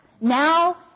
Now